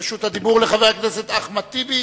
רשות הדיבור לחבר הכנסת אחמד טיבי,